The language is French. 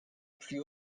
plus